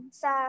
sa